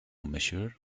monsieur